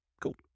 Cool